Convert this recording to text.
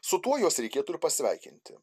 su tuo juos reikėtų ir pasveikinti